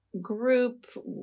group